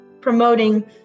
promoting